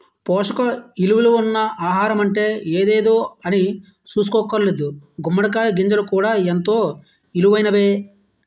పోసక ఇలువలున్న ఆహారమంటే ఎదేదో అనీసుకోక్కర్లేదు గుమ్మడి కాయ గింజలు కూడా ఎంతో ఇలువైనయే